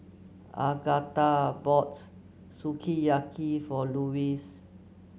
Agatha bought Sukiyaki for Lewis